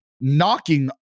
knocking